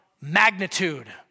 magnitude